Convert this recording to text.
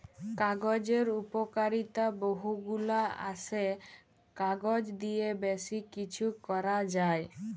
কাগজের উপকারিতা বহু গুলা আসে, কাগজ দিয়ে বেশি কিছু করা যায়